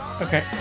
Okay